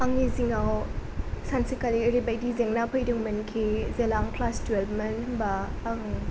आंनि जिउआव सानसेखालि ओरैबायदि जेंना फैदोंमोनखि जेब्ला आं टुवेल्भ मोन होमब्ला आं